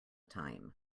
time